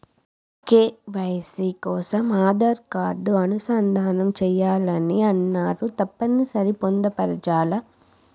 KYC కోసం Aadhaar card అనుసంధానం చేయాలని అన్నరు తప్పని సరి పొందుపరచాలా?